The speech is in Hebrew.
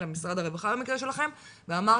אל משרד הרווחה במקרה שלכם ואמרתם,